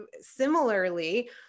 similarly